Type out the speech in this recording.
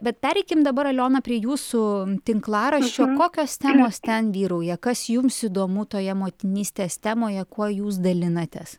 bet pereikim dabar aliona prie jūsų tinklaraščio kokios temos ten vyrauja kas jums įdomu toje motinystės temoje kuo jūs dalinatės